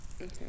Okay